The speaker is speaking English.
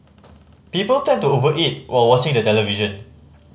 people tend to over eat while watching the television